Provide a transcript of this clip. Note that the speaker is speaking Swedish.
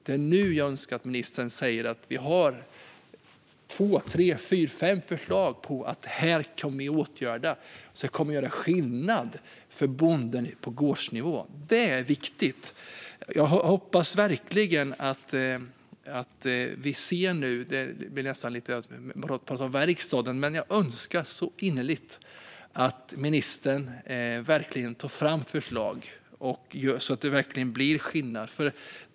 Det är nu jag önskar att ministern säger att det finns två tre fyra fem förslag på vad som kan göras för att åtgärda och som kommer att göra skillnad för bonden på gårdsnivå. Det är viktigt. Jag önskar innerligt att ministern tar fram förslag så att det verkligen blir skillnad.